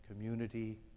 community